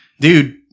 dude